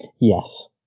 Yes